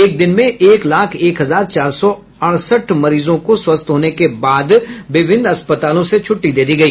एक दिन में एक लाख एक हजार चार सौ अड़सठ मरीजों को स्वस्थ होने के बाद विभिन्न अस्पतालों से छुट्टी दे दी गई